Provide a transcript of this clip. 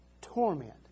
torment